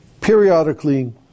periodically